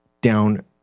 down